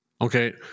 okay